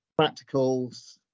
practicals